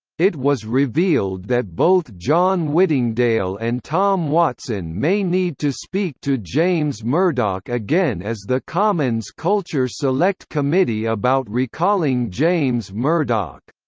it was revealed that both john whittingdale and tom watson may need to speak to james murdoch again as the commons culture select committee about recalling james murdoch.